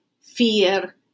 fear